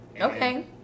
Okay